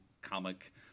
comic